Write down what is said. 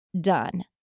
done